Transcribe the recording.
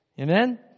Amen